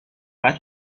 باید